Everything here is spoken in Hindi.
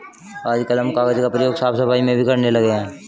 आजकल हम कागज का प्रयोग साफ सफाई में भी करने लगे हैं